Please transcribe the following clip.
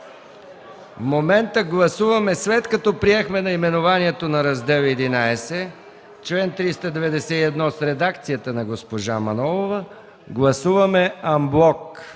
В момента, след като приехме наименованието на Раздел ХІ, чл. 391 в редакцията на госпожа Манолова, гласуваме анблок